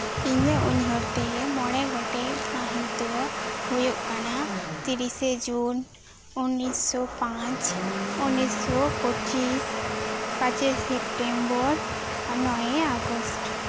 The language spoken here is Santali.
ᱤᱧᱟᱹᱜ ᱩᱭᱦᱟᱹᱨ ᱛᱮ ᱢᱚᱬᱮ ᱜᱚᱴᱮᱱ ᱢᱟᱹᱦᱤᱛ ᱫᱚ ᱦᱩᱭᱩᱜ ᱠᱟᱱᱟ ᱛᱤᱨᱤᱥᱮ ᱡᱩᱱ ᱩᱱᱱᱤᱥᱚ ᱯᱟᱸᱪ ᱩᱱᱱᱤᱥᱚ ᱯᱚᱸᱪᱤᱥ ᱯᱟᱸᱪᱚᱭ ᱥᱮᱯᱴᱮᱢᱵᱚᱨ ᱱᱚᱭᱮᱭ ᱟᱜᱚᱥᱴ